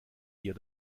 ihr